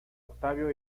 octavio